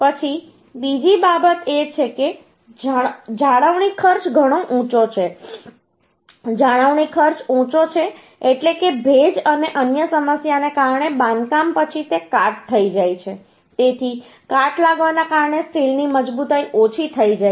પછી બીજી બાબત એ છે કે જાળવણી ખર્ચ ઘણો ઊંચો છે જાળવણી ખર્ચ ઊંચો છે એટલે કે ભેજ અને અન્ય સમસ્યાને કારણે બાંધકામ પછી તે કાટ થઈ જાય છે તેથી કાટ લાગવાને કારણે સ્ટીલની મજબૂતાઈ ઓછી થઈ જાય છે